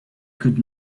could